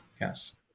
Yes